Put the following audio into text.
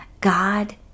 god